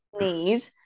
need